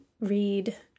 read